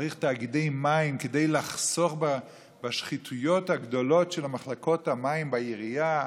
שצריך תאגידי מים כדי לחסוך בשחיתויות הגדולות של מחלקות המים בעירייה,